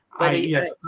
yes